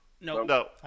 No